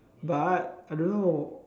but I I don't know